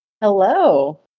Hello